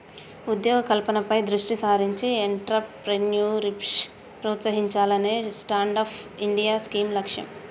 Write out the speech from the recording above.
ఉద్యోగ కల్పనపై దృష్టి సారించి ఎంట్రప్రెన్యూర్షిప్ ప్రోత్సహించాలనే స్టాండప్ ఇండియా స్కీమ్ లక్ష్యం